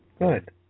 Good